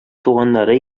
туганнары